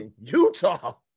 Utah